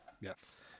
Yes